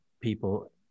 people